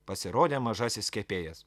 pasirodė mažasis kepėjas